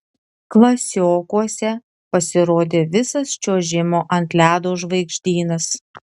klasiokuose pasirodė visas čiuožimo ant ledo žvaigždynas